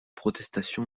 protestation